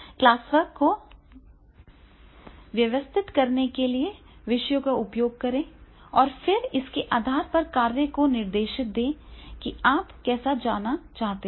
classwork को व्यवस्थित करने के लिए विषयों का उपयोग करें और फिर इसके आधार पर कार्य को निर्देश दें कि आप कैसे जाना चाहते हैं